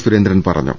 സുരേന്ദ്രൻ പറഞ്ഞു